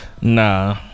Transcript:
Nah